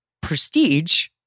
prestige